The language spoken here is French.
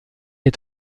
est